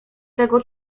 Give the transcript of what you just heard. tego